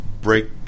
break